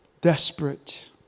desperate